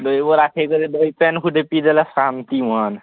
ଦହିବରା ଖାଇ କରି ଦହି ପାନ୍ ପିିଇ ଦେଲେ ଶାନ୍ତି ଆମେ